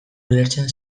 ulertzen